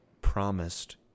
promised